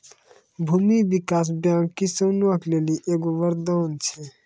भूमी विकास बैंक किसानो के लेली एगो वरदान छै